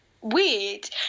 weird